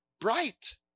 bright